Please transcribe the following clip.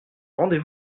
rendez